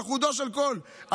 על חודו של קול.